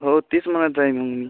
हो तेच म्हणत आहे मी